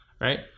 right